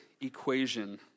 equation